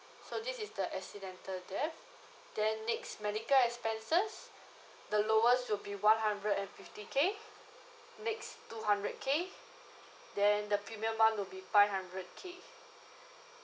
so this is the accidental death then next medical expenses the lowest will be one hundred and fifty K next two hundred K then the premium one will be five hundred K